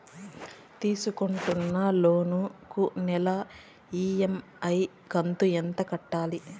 తీసుకుంటున్న లోను కు నెల ఇ.ఎం.ఐ కంతు ఎంత కట్టాలి?